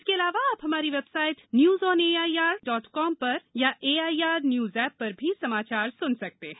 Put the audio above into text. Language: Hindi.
इसके अलावा आप हमारी website news on A I R dot N I C dot I N पर अथवा A I R news app पर भी समाचार सुन सकते हैं